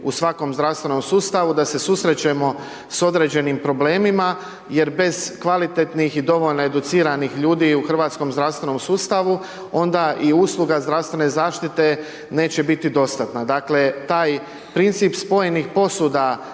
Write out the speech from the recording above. u svakom zdravstvenom sustavu, da se susrećemo sa određenim problemima, jer bez kvalitetnih i dovoljno educiranih ljudi u hrvatskom zdravstvenom sustavu onda i usluga zdravstvene zaštite neće biti dostatna. Dakle taj princip spojenih posuda